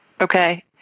Okay